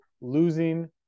losing